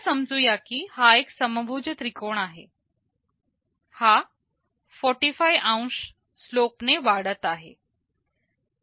असं समजू या की हा एक समभुज त्रिकोण आहे हा 45 अंश स्लोपने वाढत आहे